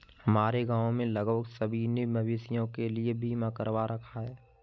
हमारे गांव में लगभग सभी ने मवेशियों के लिए बीमा करवा रखा है